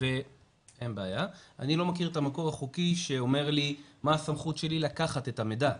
אני לא מכיר את המקור החוקי שאומר לי מה הסמכות שלי לקחת את המידע.